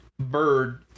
bird